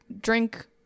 drink